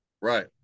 Right